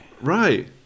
Right